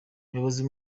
umuyobozi